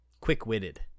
quick-witted